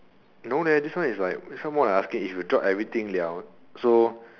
no leh this one is like this one more like asking if you drop everything [liao] so